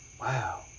Wow